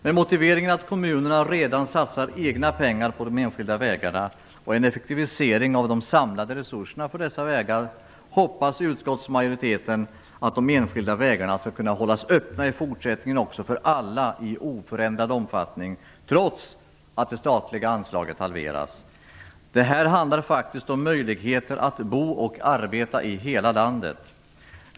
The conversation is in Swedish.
Med motiveringen att kommunerna redan satsar egna pengar på de enskilda vägarna och att det sker en effektivisering av de samlade resurserna till dessa vägar hoppas utskottsmajoriteten att de enskilda vägarna också i fortsättningen skall kunna hållas öppna för alla i oförändrad omfattning trots att det statliga anslaget halveras. Det handlar här faktiskt om möjligheten att bo och arbeta i hela landet.